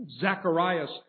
Zechariah's